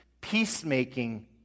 Peacemaking